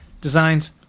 designs